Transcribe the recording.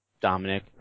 Dominic